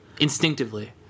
Instinctively